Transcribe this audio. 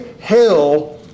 hell